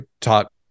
taught